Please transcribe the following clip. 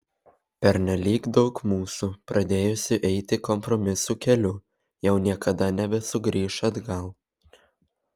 pernelyg daug mūsų pradėjusių eiti kompromisų keliu jau niekada nebesugrįš atgal